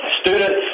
students